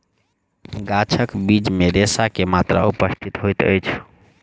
गाछक बीज मे रेशा के मात्रा उपस्थित होइत अछि